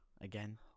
again